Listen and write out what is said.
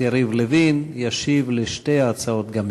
יריב לוין ישיב על שתי ההצעות גם יחד.